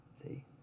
see